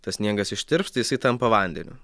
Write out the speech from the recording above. tas sniegas ištirpsta jisai tampa vandeniu